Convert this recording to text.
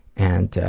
and ah,